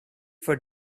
for